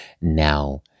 Now